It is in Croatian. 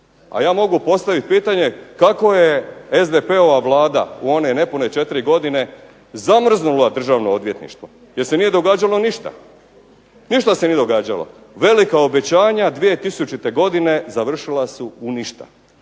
A ja mogu postavit pitanje kako je SDP-ova Vlada u one nepune četiri godine zamrznula Državno odvjetništvo jer se nije događalo ništa. Ništa se nije događalo. Velika obećanja 2000. godine završila su u ništa,